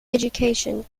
education